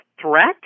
threat